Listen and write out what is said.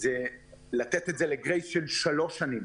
ניתן למתוח את הגרייס גם לשלוש שנים.